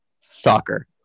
soccer